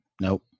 Nope